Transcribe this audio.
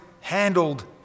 handled